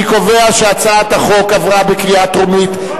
אני קובע שהצעת החוק עברה בקריאה טרומית,